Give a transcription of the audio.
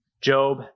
Job